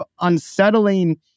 unsettling